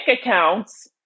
accounts